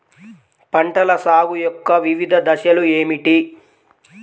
పంటల సాగు యొక్క వివిధ దశలు ఏమిటి?